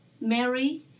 Mary